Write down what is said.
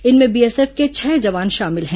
इनमें बीएसएफ के छह जवान शामिल है